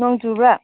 ꯅꯣꯡ ꯆꯧꯕ꯭ꯔꯥ